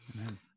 Amen